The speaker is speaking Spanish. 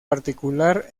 particular